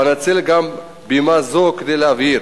ואנצל גם בימה זו כדי להבהיר,